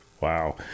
Wow